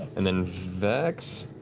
and then vex.